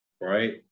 Right